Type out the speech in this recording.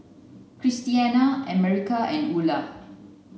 Christiana America and Ula